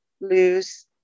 lose